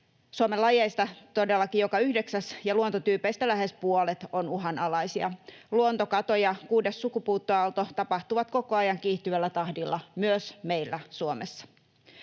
Suomen lajeista todellakin joka yhdeksäs ja luontotyypeistä lähes puolet on uhanalaisia. Luontokato ja kuudes sukupuuttoaalto tapahtuvat koko ajan kiihtyvällä tahdilla myös meillä Suomessa.